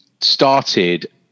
started